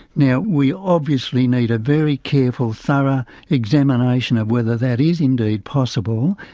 now we obviously need a very careful, thorough examination of whether that is indeed possible,